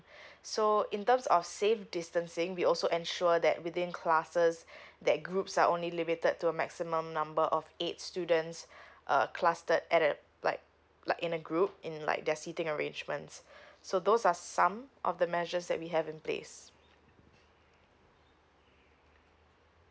so in terms of safe distancing we also ensure that within classes that groups are only limited to a maximum number of eight students uh clusted at uh like like in a group in like their sitting arrangements so those are some of the measures that we have in place